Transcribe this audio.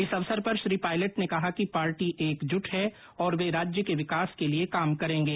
इस अवसर पर श्री पायलट ने कहा कि पार्टी एकजुट है और वे राज्य के विकास के लिए काम करेंगे